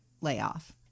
layoff